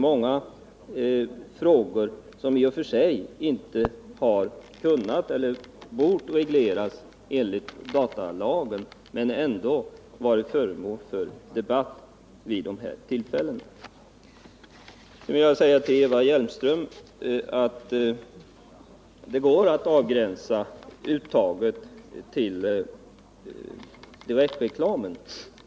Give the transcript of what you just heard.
Många av dem har alltså i och för sig inte kunnat eller bort regleras enligt datalagen, men de har ändå varit föremål för debatt vid de här tillfällena. Sedan vill jag säga till Eva Hjelmström att det går att avgränsa uttaget till direktreklamen.